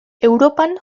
europan